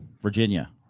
Virginia